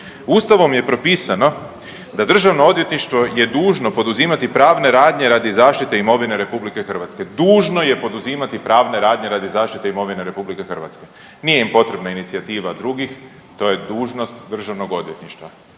Ustavom je propisano da DORH je dužno poduzimati pravne radnje radi zaštite imovine RH, dužno je poduzimati pravne radnje radi zaštite imovine RH. Nije im potrebna inicijativa drugih, to je dužnost DORH-a. Što ćete vi,